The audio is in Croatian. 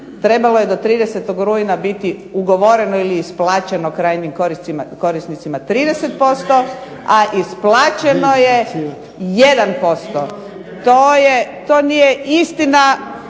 trebalo je do 30. rujna biti ugovoreno ili isplaćeno krajnjim korisnicima 30% a isplaćeno je 1%. To nije istina